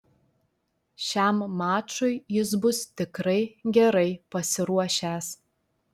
šiam mačui jis bus tikrai gerai pasiruošęs